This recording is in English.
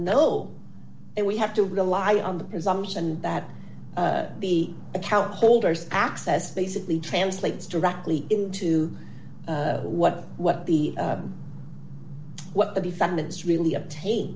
know and we have to rely on the presumption that the account holders access basically translates directly into what what the what the defendants really obtain